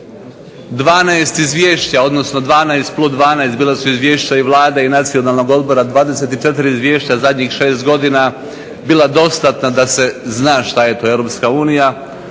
12 izvješća odnosno 12 plus 12. Bila su izvješća i Vlade i Nacionalnog odbora. 24 izvješća zadnjih 6 godina bila dostatna da se zna šta je to Europska unija,